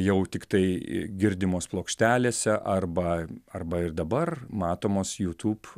jau tiktai girdimos plokštelėse arba arba ir dabar matomos youtube